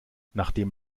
nachdem